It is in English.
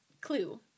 Clue